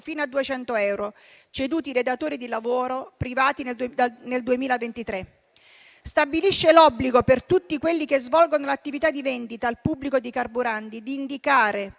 fino a 200 euro, ceduti dai datori di lavoro privati nel 2023. Stabilisce l'obbligo - per tutti quelli che svolgono l'attività di vendita al pubblico di carburanti - di indicare